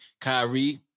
Kyrie